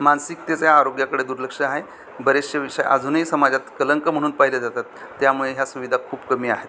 मानसिकतेच्या आरोग्याकडे दुर्लक्ष आहे बरेचसे विषय अजूनही समाजात कलंंक म्हणून पाहिले जातात त्यामुळे ह्या सुविधा खूप कमी आहेत